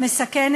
הסופי.